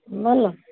बोलु